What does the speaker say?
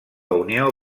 unió